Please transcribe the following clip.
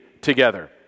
together